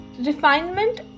refinement